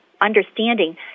understanding